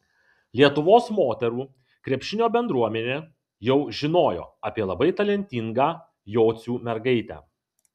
lietuvos moterų krepšinio bendruomenė jau žinojo apie labai talentingą jocių mergaitę